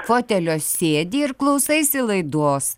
fotelio sėdi ir klausaisi laidos